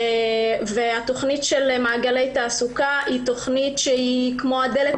התוכנית "מעגלי תעסוקה" היא כמו דלת